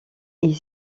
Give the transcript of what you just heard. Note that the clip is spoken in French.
est